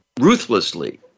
ruthlessly